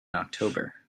october